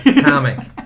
comic